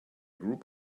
group